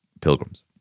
pilgrims